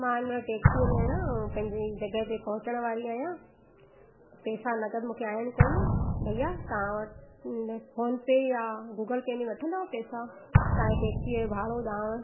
मां हिन महिल टैक्सी में आहियां ऐं पंहिंजी जॻह ते पहुचण वारी आहियां पैसा नगद मूंखे आहिनि कोन भैया तव्हां वटि उन फोन पे या गूगल पे में वठंदव पैसा तव्हांजी टैक्सीअ जो भाड़ो ॾियांव